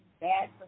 bad